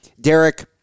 Derek